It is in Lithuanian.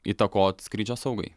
įtakot skrydžio saugai